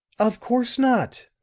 of course not,